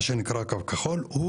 מה שנקרא קו כחול,